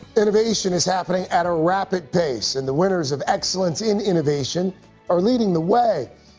innovation is happening at a rapid pace and the winners of excellence in innovation are leading the way.